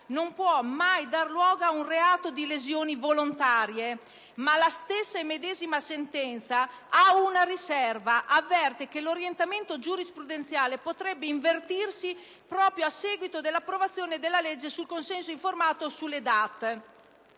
non può mai dar luogo ad un reato di lesioni volontarie. Ma la medesima sentenza ha una riserva; avverte che l'orientamento giurisprudenziale potrebbe invertirsi proprio a seguito della approvazione della legge sul consenso informato e sulle